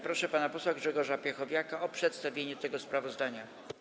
Proszę pana posła Grzegorza Piechowiaka o przedstawienie sprawozdania.